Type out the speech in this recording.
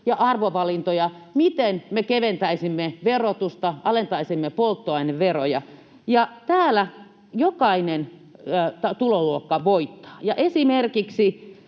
ja arvovalintoja siitä, miten me keventäisimme verotusta, alentaisimme polttoaineveroja, ja tällä jokainen tuloluokka voittaa. Esimerkiksi